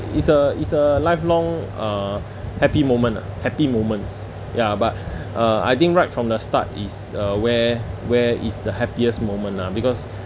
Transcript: it's a it's a lifelong uh happy moment ah happy moments ya but uh I think right from the start is uh where where is the happiest moment ah because